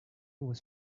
was